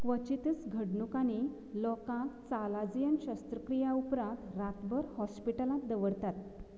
क्वचितच घडणुकांनी लोकांक चालाझियन शस्त्रक्रिया उपरांत रातभर हॉस्पिटलांत दवरतात